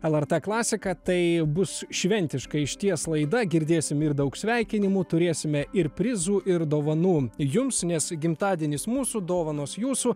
lrt klasika tai bus šventiškai išties laida girdėsim ir daug sveikinimų turėsime ir prizų ir dovanų jums nes gimtadienis mūsų dovanos jūsų